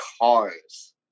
cars